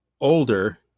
older